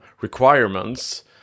requirements